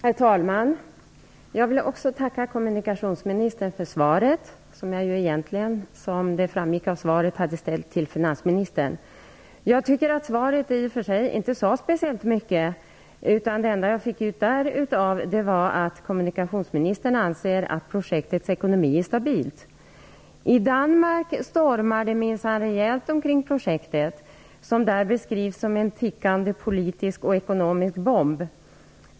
Herr talman! Jag vill tacka kommunikationsministern för svaret. Som det framgick av svaret hade jag egentligen ställt frågan till finansministern. I och för sig sade inte svaret speciellt mycket. Det enda jag fick ut av det var att kommunikationsministern anser att projektets ekonomi är stabil. I Danmark stormar det minsann rejält kring projektet, som där beskrivs som en tickande politisk och ekonomisk bomb.